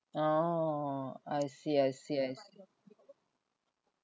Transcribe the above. oh I see I see I see